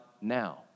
now